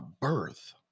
birth